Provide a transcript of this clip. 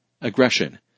aggression